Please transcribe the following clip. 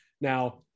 Now